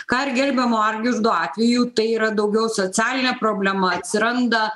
ką ir gerbiamo algirdo atveju tai yra daugiau socialinė problema atsiranda